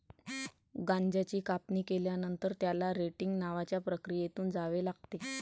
गांजाची कापणी केल्यानंतर, त्याला रेटिंग नावाच्या प्रक्रियेतून जावे लागते